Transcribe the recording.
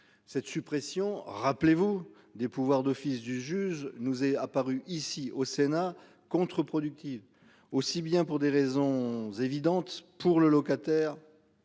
Cette suppression, rappelez-vous des pouvoirs d'office du juge nous est apparu ici au Sénat. Aussi bien pour des raisons évidentes pour le locataire.